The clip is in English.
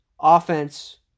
offense